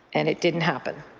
and it didn't happen.